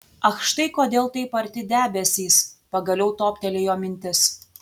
ach štai kodėl taip arti debesys pagaliau toptelėjo mintis